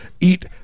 eat